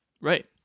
right